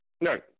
No